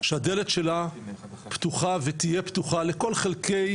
שהדלת שלה פתוחה ותהיה פתוחה לכל חלקי,